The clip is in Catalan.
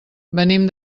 venim